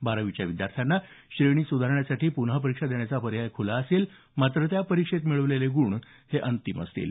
बारावीच्या विद्यार्थ्यांना श्रेणी सुधारण्यासाठी पुन्हा परीक्षा देण्याचा पर्याय खुला असेल मात्र त्या परीक्षेत मिळालेले गुण अंतिम असतील